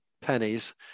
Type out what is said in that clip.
pennies